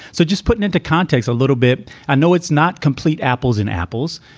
so just put it into context a little bit. i know it's not complete apples and apples,